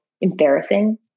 embarrassing